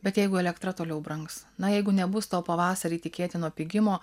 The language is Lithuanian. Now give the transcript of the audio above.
bet jeigu elektra toliau brangs na jeigu nebus to pavasarį tikėtino pigimo